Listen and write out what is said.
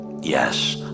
yes